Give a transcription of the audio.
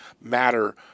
matter